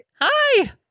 Hi